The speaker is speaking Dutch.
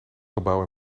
gebouw